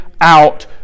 out